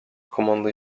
commonly